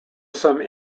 some